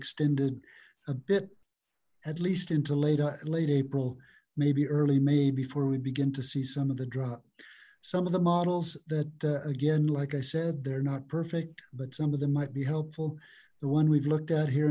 extended a bit at least into late late april maybe early may before we begin to see some of the draw some of the models that again like i said they're not perfect but some of them might be helpful the one we've looked at here